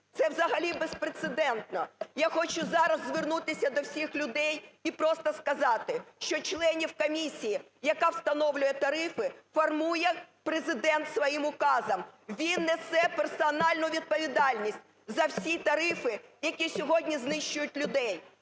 це взагалі безпрецедентно. Я хочу зараз звернутися до всіх людей і просто сказати, що членів комісії, яка встановлює тарифи, формує Президент своїм указом, він несе персональну відповідальність за всі тарифи, які сьогодні знищують людей.